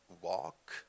walk